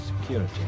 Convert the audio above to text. security